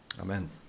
Amen